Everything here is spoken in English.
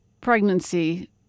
pregnancy